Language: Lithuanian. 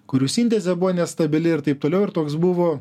kurių sintezė buvo nestabili ir taip toliau ir toks buvo